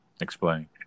Explain